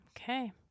Okay